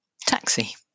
Taxi